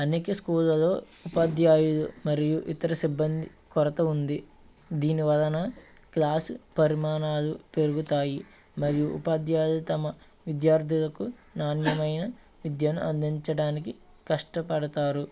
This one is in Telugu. అనేక స్కూళ్ళల్లో ఉపాధ్యాయులు మరియు ఇతర సిబ్బంది కొరత ఉంది దీని వలన క్లాస్ పరిమాణాలు పెరుగుతాయి మరియు ఉపాధ్యాయులు తమ విద్యార్థులకు నాణ్యమైన విద్యను అందించడానికి కష్టపడతారు